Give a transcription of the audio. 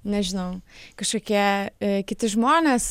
nežinau kažkokie kiti žmonės